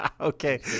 okay